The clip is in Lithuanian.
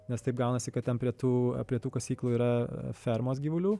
nes taip gaunasi kad ten prie tų apie tų kasyklų yra fermos gyvulių